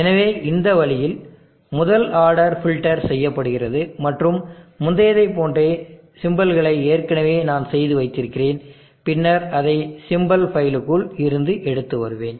எனவே இந்த வழியில் முதல் ஆர்டர் ஃபில்டர் செய்யப்படுகிறது மற்றும் முந்தையதைப் போன்ற சிம்பல்கலை ஏற்கனவே நான் செய்து வைத்திருக்கிறேன் பின்னர் அதை சிம்பல் ஃபைலுக்குள் இருந்து எடுத்து வருவேன்